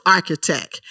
Architect